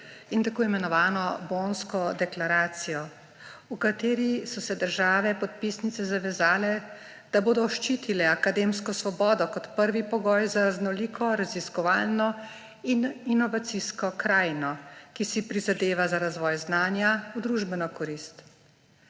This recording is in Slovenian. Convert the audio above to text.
in tako imenovano Bonsko deklaracijo, v kateri so se države podpisnice zavezale, da bodo ščitile akademsko svobodo kot prvi pogoj za raznoliko raziskovalno in inovacijsko krajino, ki si prizadeva za razvoj znanja v družbeno korist.